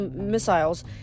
missiles